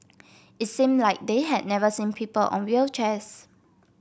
it seemed like they had never seen people on wheelchairs